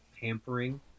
pampering